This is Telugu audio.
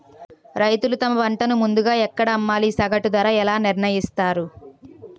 రైతులు తమ పంటను ముందుగా ఎక్కడ అమ్మాలి? సగటు ధర ఎలా నిర్ణయిస్తారు?